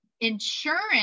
Insurance